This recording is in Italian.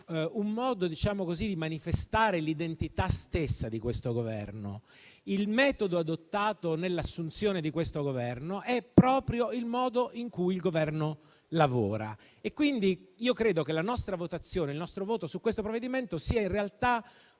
un modo di manifestare l'identità stessa di questo Governo. Il metodo adottato nell'assunzione di questo provvedimento è proprio il modo in cui il Governo lavora. Quindi credo che il nostro voto su questo provvedimento in realtà